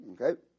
okay